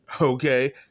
Okay